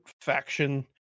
faction